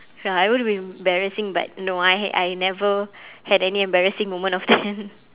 ya I would be embarrassing but no I had I never had any embarrassing moment of then